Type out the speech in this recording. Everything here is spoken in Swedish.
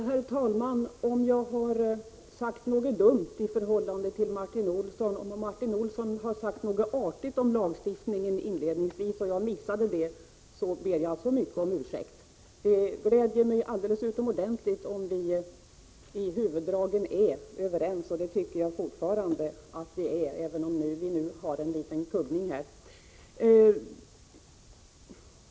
Herr talman! Om jag gjort någon dum anmärkning till Martin Olsson och Martin Olsson sagt något artigt om lagstiftningen vilket jag missat, så ber jag så mycket om ursäkt. Jag gläder mig utomordentligt om vi i huvuddragen är överens, och det tycker jag fortfarande att vi är, även om vi nu har en liten kubbning.